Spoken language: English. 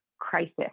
crisis